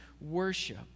worship